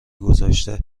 گذاشته